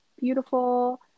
beautiful